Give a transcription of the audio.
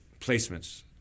placements